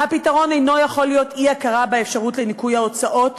"הפתרון אינו יכול להיות אי-הכרה באפשרות לניכוי ההוצאות,